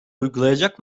uygulayacak